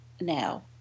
now